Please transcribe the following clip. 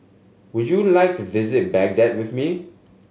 would you like to visit Baghdad with me